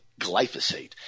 glyphosate